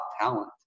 talent